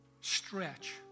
stretch